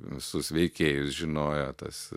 visus veikėjus žinojo tas